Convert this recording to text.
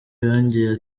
yongeyeho